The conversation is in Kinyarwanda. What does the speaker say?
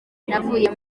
navuye